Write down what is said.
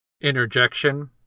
interjection